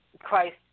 Christ